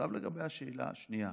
עכשיו לגבי השאלה השנייה.